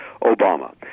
Obama